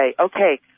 okay